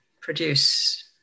produce